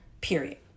period